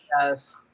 Yes